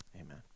Amen